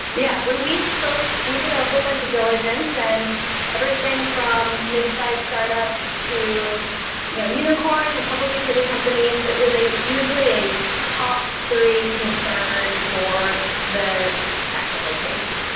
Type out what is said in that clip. yeah. when we spoke, we did a whole bunch of diligence, and everything from midsize startups, to you know unicorns, and publicly traded companies, it was usually a top three concern for the technical teams.